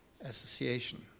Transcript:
Association